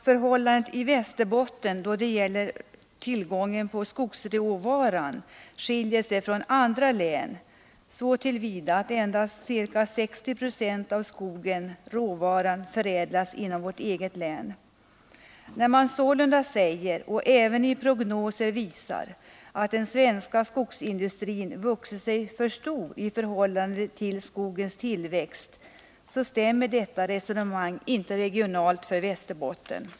Förhållandet i Västerbotten då det gäller tillgången på skogsråvara skiljer sig från förhållandena i andra län, så till vida att endast ca 60 90 av skogen/råvaran förädlas inom vårt eget län. När man sålunda säger, och även i prognoser visar, att den svenska skogsindustrin vuxit sig för stor i förhållande till skogens tillväxt, stämmer detta resonemang inte regionalt för Västerbotten.